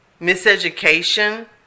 miseducation